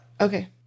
okay